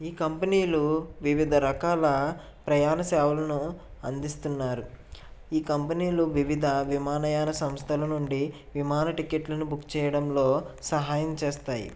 ఈ కంపెనీలు వివిధ రకాల ప్రయాణ సేవలను అందిస్తున్నారు ఈ కంపెనీలో వివిధ విమానయాల సంస్థల నుండి విమాన టికెట్లను బుక్ చేయడంలో సహాయం చేస్తాయి